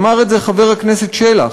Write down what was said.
אמר את זה חבר הכנסת שלח.